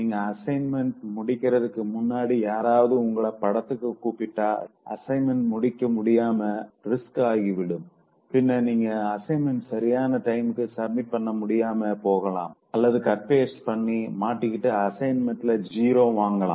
நீங்க அசைன்மென்ட் முடிக்கிறதுக்கு முன்னாடி யாராவது உங்கள படத்துக்கு கூப்பிட்டா அசைன்மெண்ட் முடிக்க முடியாம ரிஸ்க் ஆகிவிடும் பின் உங்க அசைன்மென்ட் சரியான டைமுக்கு சமிட் பண்ண முடியாம போகலாம் அல்லது கட் பேஸ்ட் பண்ணி மாட்டிக்கிட்டு அசைன்மென்ட்ல ஜீரோ வாங்கலா